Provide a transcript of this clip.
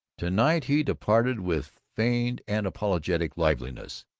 to-night he departed with feigned and apologetic liveliness.